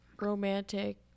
romantic